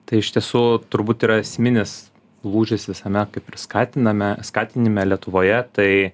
tai iš tiesų turbūt yra esminis lūžis visame kaip ir skatiname skatinime lietuvoje tai